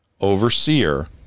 overseer